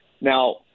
Now